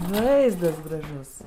vaizdas gražus